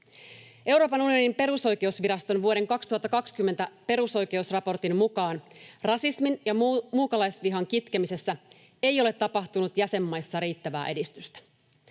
Euroopan unionin perusoikeusviraston vuoden 2020 perusoikeusraportin mukaan rasismin ja muukalaisvihan kitkemisessä ei ole tapahtunut jäsenmaissa riittävää edistystä.